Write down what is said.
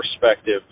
perspective